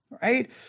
Right